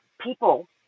people